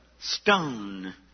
stone